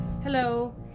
Hello